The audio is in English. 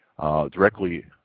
directly